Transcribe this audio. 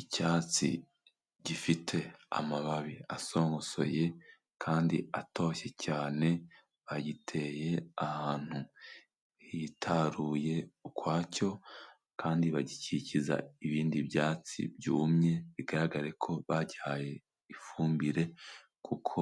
Icyatsi gifite amababi asongosoye kandi atoshye cyane, bagiteye ahantu hitaruye ukwacyo kandi bagikikiza ibindi byatsi byumye, bigaragare ko bagihaye ifumbire kuko